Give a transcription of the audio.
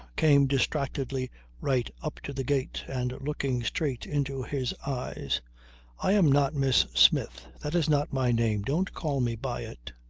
came distractedly right up to the gate and looking straight into his eyes i am not miss smith. that's not my name. don't call me by it.